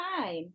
time